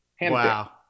Wow